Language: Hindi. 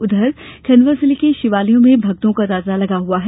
उधर खंडवा जिले के शिवालयों में भक्तों का तांता लगा हुआ है